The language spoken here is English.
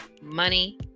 money